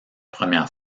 première